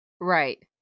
Right